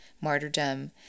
martyrdom